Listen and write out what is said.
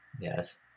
Yes